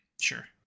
sure